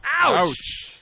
Ouch